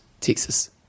Texas